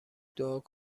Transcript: دعا